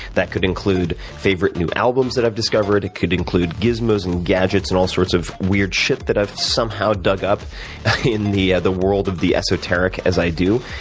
that could include favorite new albums that i've discovered, it could include gizmos and gadgets and all sorts of weird shit that i've somehow dug up in the yeah the world of the esoteric, as i do.